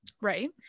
Right